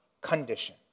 condition